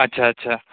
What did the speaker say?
ଆଚ୍ଛା ଆଚ୍ଛା